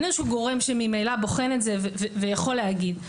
אין איזשהו גורם שממילא בוחן את זה ויכול להגיד.